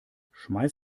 schmeiß